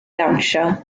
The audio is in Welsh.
ddawnsio